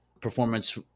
performance